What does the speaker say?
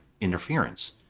interference